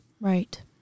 Right